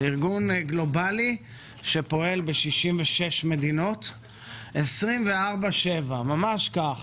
זה ארגון גלובלי שפועל ב-66 מדינות 24/7, ממש כך.